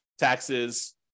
taxes